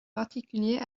particulier